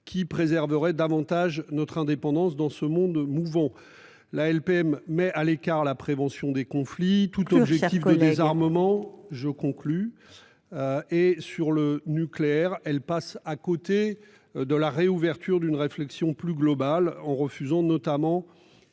qui préserverait davantage notre indépendance dans ce monde mouvant la LPM met à l'écart, la prévention des conflits tout objectif de désarmement. Je conclus. Et sur le nucléaire. Elle passe à côté de la réouverture d'une réflexion plus globale en refusant notamment